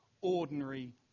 ordinary